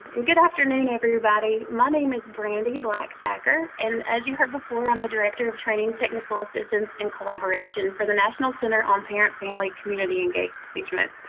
and good afternoon everybody! my name is brandi black thacker and, as you heard before, i'm the director of training and technical assistance and collaboration for the national center on parent, family, community engagement.